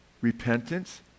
repentance